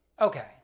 okay